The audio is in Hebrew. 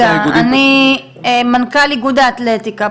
מנכ"ל איגוד האתלטיקה,